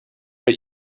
but